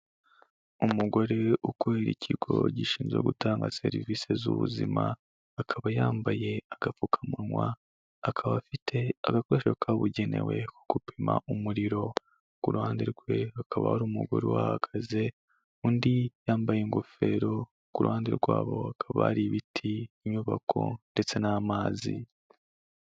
Umugore ukorera ikigo gishinzwe gutanga serivisi z'ubuzima, akaba yambaye agapfukamunwa, akaba afite agakoresho kabugenewe ko gupima umuriro. Ku ruhande rwe hakaba ari umugore uhahagaze, undi yambaye ingofero ku ruhande rwabo hakaba hari ibiti, inyubako, ndetse n'amazi.